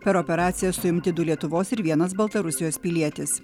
per operaciją suimti du lietuvos ir vienas baltarusijos pilietis